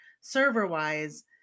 server-wise